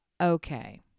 Okay